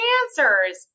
answers